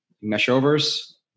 Mesh-overs